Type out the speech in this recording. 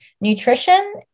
nutrition